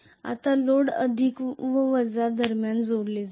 आता लोड अधिक व वजा दरम्यान जोडले जाईल